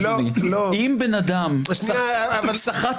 מה שאלמוג מודאג ממנו - אם אעשה בשווי כי הג'יפ לא יוכל